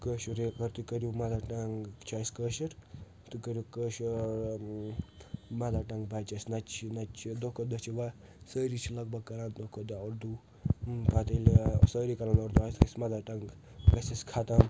کٲشُر تُہۍ کٔرِو mother tongue چھُ اسہِ کٲشُر تُہۍ کٔرِو کٲشُر ٲں مَدر ٹنٛگ بچہِ اسہِ نَہ تہٕ چھُ یہِ نَہ چھُ یہِ دۄہ کھۄتہٕ دۄہ چھِ واہ سٲری چھِ لگ بھگ کران دۄہ کھۄتہٕ دۄہ اردو پتہٕ ییٚلہِ ٲں ساری کران اردو مَدر ٹنٛگ گژھہِ اسہِ ختٕم